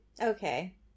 Okay